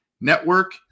network